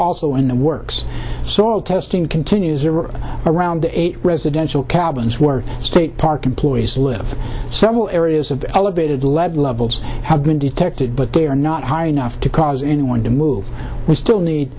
also in the works so all testing continues there were around eight residential cabins were state park employees live several areas of elevated lead levels have been detected but they are not high enough to cause anyone to move we still need